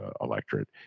electorate